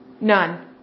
None